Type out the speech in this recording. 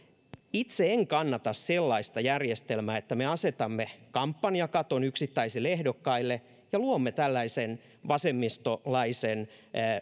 itse en kannata sellaista järjestelmää että me asetamme kampanjakaton yksittäisille ehdokkaille ja luomme tällaisen vasemmistolaisen